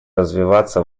развиваться